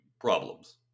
problems